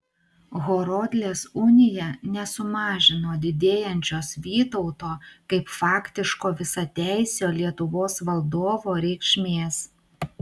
horodlės unija nesumažino didėjančios vytauto kaip faktiško visateisio lietuvos valdovo reikšmės